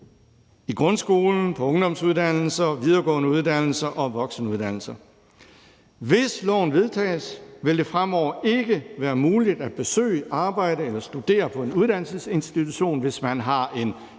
i grundskolen og på ungdomsuddannelser, videregående uddannelser og voksenuddannelser. Hvis lovforslaget vedtages, vil det fremover ikke være muligt at besøge, arbejde eller studere på en uddannelsesinstitution, hvis man har en